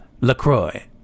Lacroix